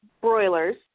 broilers